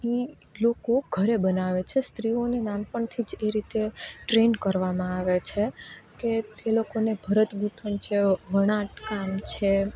ની લોકો ઘરે બનાવે છે સ્ત્રીઓને નાનપણથી જ એ રીતે ટ્રેન કરવામાં આવે છે કે તે લોકોને ભરતગૂંથણ છે વણાટકામ છે